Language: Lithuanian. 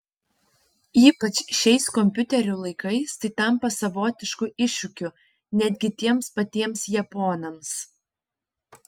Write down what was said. ypač šiais kompiuterių laikais tai tampa savotišku iššūkiu netgi tiems patiems japonams